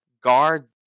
Guard